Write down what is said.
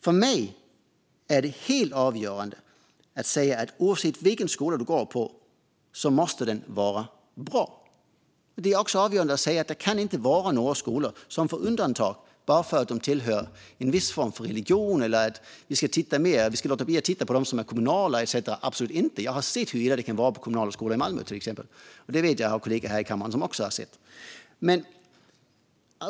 För mig är det helt avgörande att säga: Oavsett vilken skola du går på måste den vara bra. Det är också avgörande att säga: Det kan inte vara så att några skolor får undantag bara för att de tillhör en viss religion, att vi ska låta bli att titta på skolor som är kommunala etcetera - absolut inte! Jag har sett hur illa det kan vara på kommunala skolor i Malmö, till exempel. Det vet jag kollegor i kammaren som också har gjort.